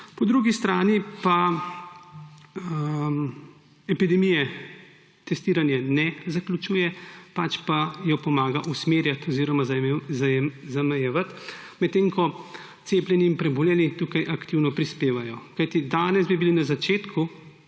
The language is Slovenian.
Po drugi strani pa epidemije testiranje ne zaključuje, pač pa jo pomaga usmerjati oziroma zamejevati, medtem ko cepljenje in preboleli tukaj aktivno prispevajo, kajti danes bi bilo na začetku